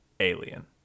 alien